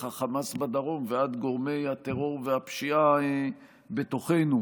החמאס בדרום ועד גורמי הפשיעה והטרור בתוכנו,